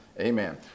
amen